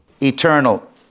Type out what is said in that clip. eternal